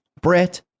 Brett